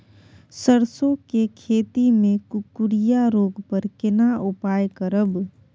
सरसो के खेती मे कुकुरिया रोग पर केना उपाय करब?